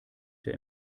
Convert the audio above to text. der